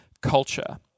culture